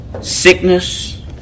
Sickness